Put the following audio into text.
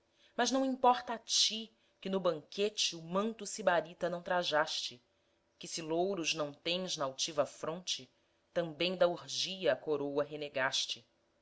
mas não importa a ti que no banquete o manto sibarita não trajaste que se louros não tens na altiva fronte também da orgia a coroa renegaste